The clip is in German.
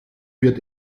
wird